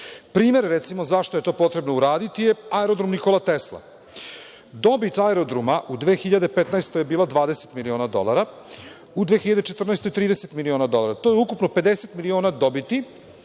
recimo, zašto je to potrebno uraditi je Aerodrom „Nikola Tesla“. Dobit aerodroma u 2015. je bila 20 miliona dolara, a u 2014. godini 30 miliona dolara, što je ukupno 50 miliona dobiti,